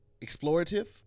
explorative